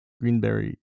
Greenberry